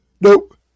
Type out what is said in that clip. Nope